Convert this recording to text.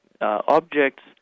objects